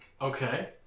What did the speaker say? Okay